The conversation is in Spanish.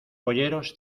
boyeros